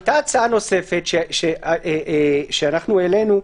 הייתה הצעה נוספת שאנחנו העלינו,